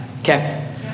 Okay